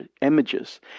images